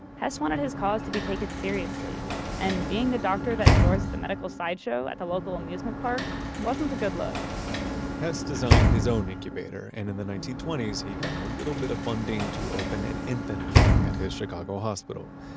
hess wanted his cause to be taken seriously and being the doctor that endorsed the medical sideshow at the local amusement park wasn't a good look hess designed his own incubator and in the nineteen twenty s, he got a little bit of funding to open an infant wing at his chicago hospital,